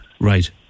Right